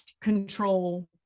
control